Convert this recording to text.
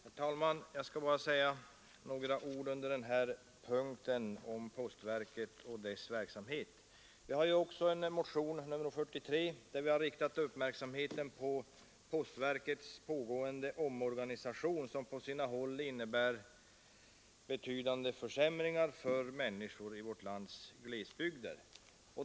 Herr talman! Jag skall bara säga några ord under den här punkten om postverket och dess verksamhet. Vi har ju i motionen 43 riktat uppmärksamheten på postverkets pågående omorganisation som på sina håll innebär betydande försämringar för människor i vårt lands glesbygder.